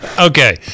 Okay